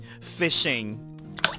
Fishing